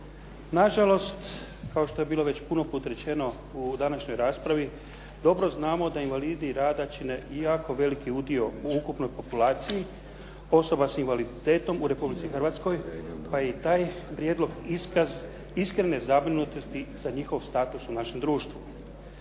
Na žalost kao što je bilo već puno put rečeno u današnjoj raspravi, dobro znamo da invalidi rada čine jako veliki udio u ukupnoj populaciji osoba s invaliditetom u Republici Hrvatskoj, pa je i taj prijedlog iskaz iskrene zabrinutosti za njihov status u našem društvu.